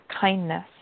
kindness